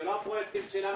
אלה לא הפרויקטים שלנו.